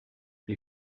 les